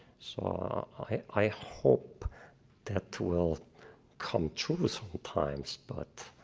so i hope that will come true sometimes, but,